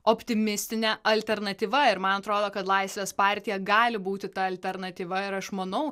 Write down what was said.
optimistinė alternatyva ir man atrodo kad laisvės partija gali būti ta alternatyva ir aš manau